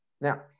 Now